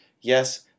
yes